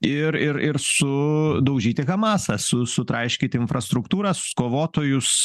ir ir ir su daužyti hamasą su sutraiškyt infrastruktūrą s kovotojus